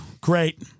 Great